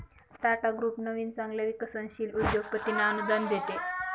Tata group नवीन चांगल्या विकसनशील उद्योगपतींना अनुदान देते